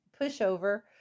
pushover